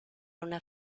una